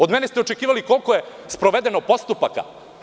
Od mene ste očekivali koliko je sprovedeno postupaka.